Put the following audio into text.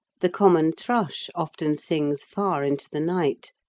the common thrush often sings far into the night,